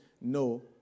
No